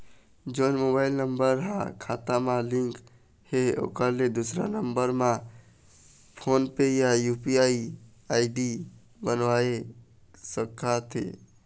जोन mobile number हा खाता मा लिन्क हे ओकर ले दुसर नंबर मा फोन पे या यू.पी.आई आई.डी बनवाए सका थे?